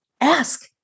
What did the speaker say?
Ask